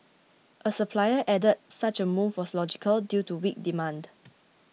a supplier added such a move was logical due to weak demand